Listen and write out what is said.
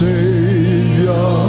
Savior